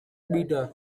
bitter